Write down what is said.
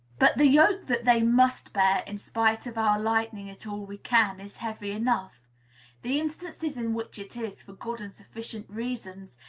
but the yoke that they must bear, in spite of our lightening it all we can, is heavy enough the instances in which it is, for good and sufficient reasons,